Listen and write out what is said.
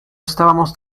estábamos